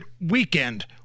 weekend